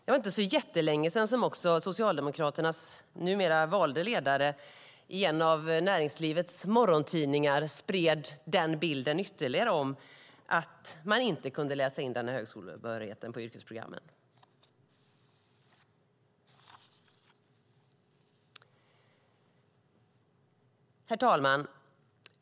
Det var inte så jättelänge sedan som Socialdemokraternas numera valda ledare i en av näringslivets morgontidningar ytterligare spred bilden av att man inte kunde läsa in högskolebehörighet på yrkesprogrammen. Herr talman!